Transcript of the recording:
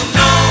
no